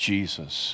Jesus